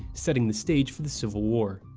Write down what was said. setting the stage for the civil war.